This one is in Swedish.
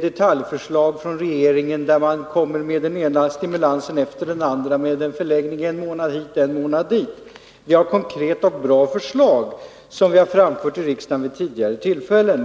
detaljförslaget från regeringen, där man kommer med den ena stimulansen efter den andra med en förlängning en månad hit och en månad dit. Vi har framfört konkreta och bra förslag i kammaren vid tidigare tillfällen.